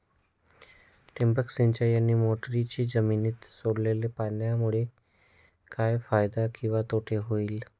ठिबक सिंचन आणि मोटरीने जमिनीत सोडलेल्या पाण्यामुळे काय फायदा किंवा तोटा होईल?